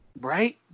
Right